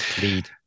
lead